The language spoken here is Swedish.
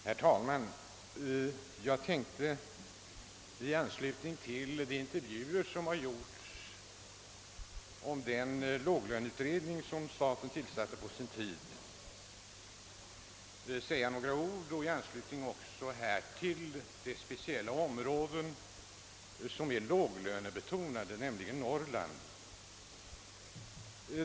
Herr talman! Jag tänkte säga några ord med anledning av de intervjuer som har gjorts om den låglöneutredning som staten tillsatte på sin tid och i anslutning härtill också om det speciella område som är låglönebetonat, nämligen Norrland.